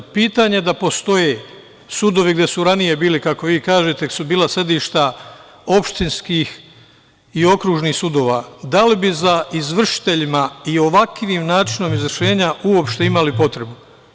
Pitanje, da postoje sudovi gde su ranije bili, kako vi kažete, su bila sedišta opštinskih i okružnih sudova, da li bi za izvršiteljima i ovakvim načinom izvršenja uopšte imali potrebu?